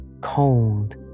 cold